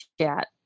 chat